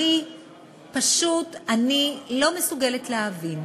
פשוט, אני לא מסוגלת להבין.